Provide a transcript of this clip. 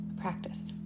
practice